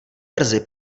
brzy